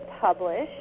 published